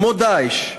כמו "דאעש",